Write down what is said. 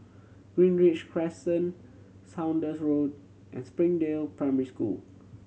Greenridge Crescent Saunders Road and Springdale Primary School